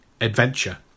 adventure